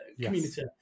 community